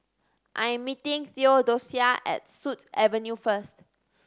I am meeting Theodocia at Sut Avenue first